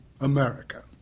America